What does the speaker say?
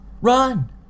Run